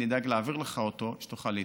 אני אדאג להעביר לך אותו, שתוכל להתרשם.